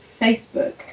Facebook